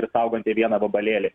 ir saugantį vieną vabalėlį